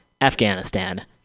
Afghanistan